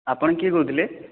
ଆପଣ କିଏ କହୁଥିଲେ